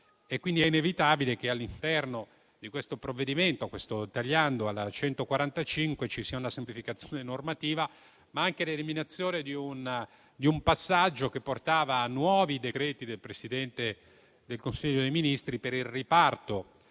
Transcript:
È quindi inevitabile che all'interno di questo provvedimento, di questo tagliando alla legge n. 145, ci siano una semplificazione normativa, ma anche l'eliminazione di un passaggio che portava a nuovi decreti del Presidente del Consiglio dei ministri per il riparto